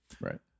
Right